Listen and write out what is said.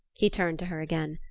he turned to her again.